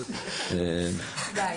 עומר,